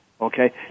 okay